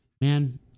man